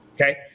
Okay